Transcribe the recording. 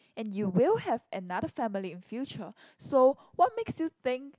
and you will have another family in future so what makes you think